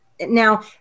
now